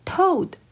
Toad